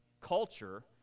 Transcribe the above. culture